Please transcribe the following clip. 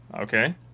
Okay